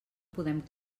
podem